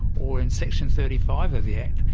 or in section thirty five of the act,